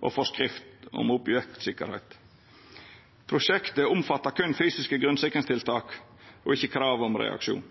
og forskrift om objektsikkerhet. Prosjektet omfatter kun fysiske grunnsikringstiltak, og ikke kravet om reaksjon.»